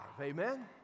Amen